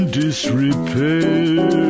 disrepair